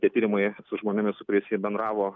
tie tyrimai su žmonėmis su kuriais jie bendravo